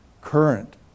current